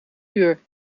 uur